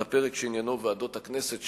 לפרק שעניינו ועדות הכנסת,